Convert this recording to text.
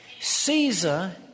Caesar